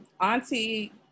auntie